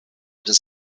des